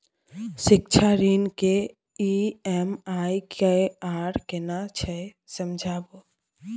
शिक्षा ऋण के ई.एम.आई की आर केना छै समझाबू?